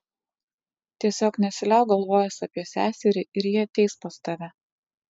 tiesiog nesiliauk galvojęs apie seserį ir ji ateis pas tave